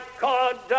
God